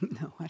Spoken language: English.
No